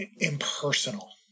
impersonal